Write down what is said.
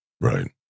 right